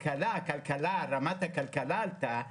רמת הכלכלה עלתה,